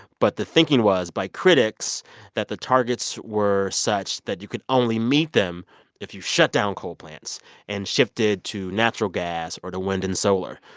but the thinking was by critics that the targets were such that you could only meet them if you shut down coal plants and shifted to natural gas or to wind and solar,